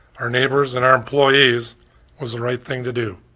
our neighbors, and our employees was the right thing to do